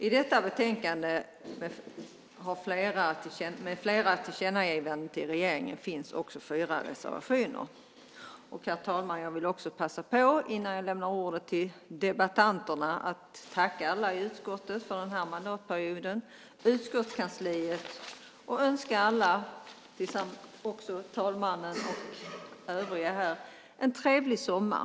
I detta betänkande med flera tillkännagivanden till regeringen finns också fyra reservationer. Herr talman! Innan jag lämnar ordet till debattörerna vill jag passa på att tacka alla i utskottet samt utskottskansliet för den här mandatperioden och önska alla, också talmannen och övriga här, en trevlig sommar.